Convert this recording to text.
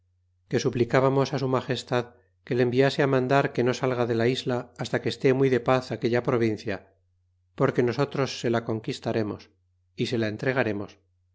matron que suplicbamos su magestad que le enviase mandar que no salga de la isla hasta que esté muy de paz aquella provincia porque nosotros se la conquistaremos y se la entregaremos